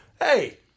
hey